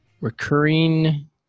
recurring